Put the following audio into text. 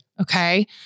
okay